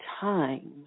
time